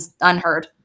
unheard